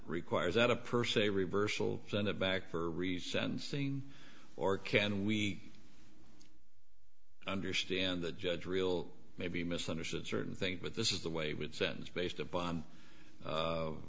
requires that a person a reversal send it back for resentencing or can we i understand the judge real maybe misunderstood certain things but this is the way with sentence based upon